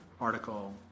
article